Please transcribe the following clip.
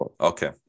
Okay